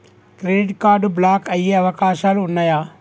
Credit card block అయ్యే అవకాశాలు ఉన్నయా?